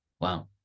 wow